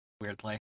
weirdly